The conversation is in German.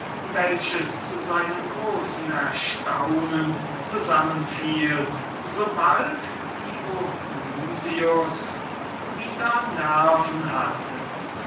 welches zu seinem großen erstaunen zusammenfiel sobald dionys wieder nerven hatte